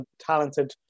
talented